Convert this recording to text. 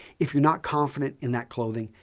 if you're not confident in that clothing,